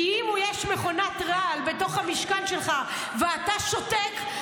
כי אם יש מכונת רעל בתוך המשכן שלך ואתה שותק,